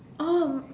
oh